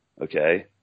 okay